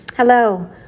Hello